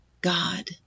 God